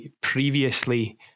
previously